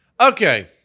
Okay